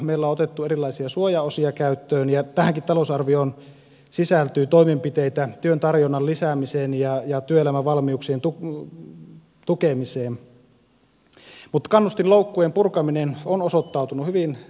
meillä on otettu erilaisia suojaosia käyttöön ja tähänkin talousarvioon sisältyy toimenpiteitä työn tarjonnan lisäämiseksi ja työelämävalmiuksien tukemiseksi mutta kannustinloukkujen purkaminen on osoittautunut hyvin työlääksi